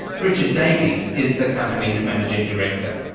richard davis is the company's managing director.